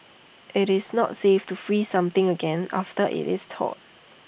IT is not safe to freeze something again after IT is thawed